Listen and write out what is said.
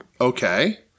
Okay